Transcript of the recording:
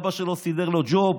אבא שלו סידר לו ג'וב.